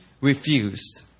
refused